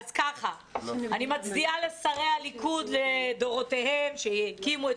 אני מצדיעה לשרי הליכוד לדורותיהם שהקימו את